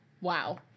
Wow